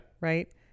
right